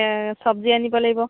চব্জি আনিব লাগিব